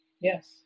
Yes